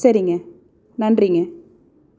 சரிங்க நன்றிங்க